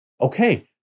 Okay